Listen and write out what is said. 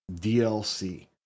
DLC